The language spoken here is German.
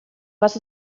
was